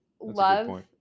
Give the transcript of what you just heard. love